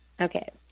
Okay